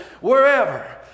wherever